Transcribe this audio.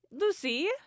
Lucy